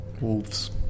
Wolves